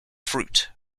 fruit